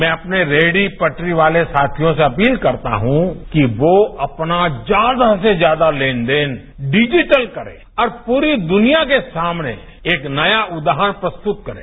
मैं अपने रेहडी पटरी वाले साथियों से अपील करता हूँ कि वो अपना जयादा से जयादा लेन देन डिजिटल करें और पूरी दुनिया के सामने एक नया उदाहरण प्रस्तुत करें